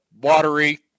watery